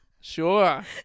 Sure